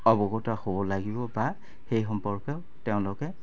অৱগত হ'ব লাগিব বা সেই সম্পৰ্কেও তেওঁলোকে